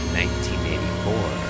1984